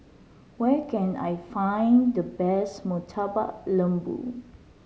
where can I find the best Murtabak Lembu